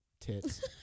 tits